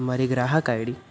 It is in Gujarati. મારી ગ્રાહક આઈડી